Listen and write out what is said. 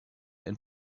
and